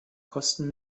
kosten